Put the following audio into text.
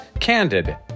candid